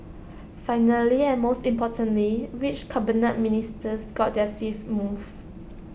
finally and most importantly which Cabinet Ministers got their seats moved